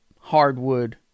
hardwood